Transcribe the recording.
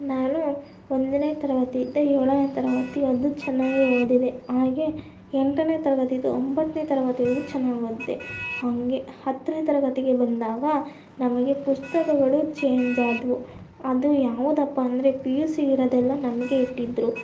ನಾನು ಒಂದನೇ ತರಗತಿಯಿಂದ ಏಳನೇ ತರಗತಿಯದು ಚೆನ್ನಾಗೇ ಓದಿದ್ದೆ ಹಾಗೆಯೇ ಎಂಟನೇ ತರಗತಿಯಿಂದ ಒಂಬತ್ತನೇ ತರಗತಿವರೆಗೂ ಚೆನ್ನಾಗಿ ಓದಿದೆ ಹಾಗೆ ಹತ್ತನೇ ತರಗತಿಗೆ ಬಂದಾಗ ನಮಗೆ ಪುಸ್ತಕಗಳು ಚೇಂಜ್ ಆದವು ಅದು ಯಾವುದಪ್ಪ ಅಂದರೆ ಪಿ ಯು ಸಿಗೆ ಇರೋದೆಲ್ಲ ನಮಗೆ ಇಟ್ಟಿದ್ರು